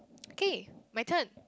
okay my turn